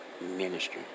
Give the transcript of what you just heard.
ministry